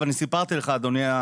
ואני סיפרתי לך אדוני.